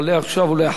ואחריו,